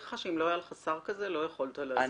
לך שאם לא היה לך שר כזה לא היית יכול להזיז את הגבינה.